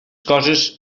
coses